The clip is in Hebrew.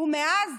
ומאז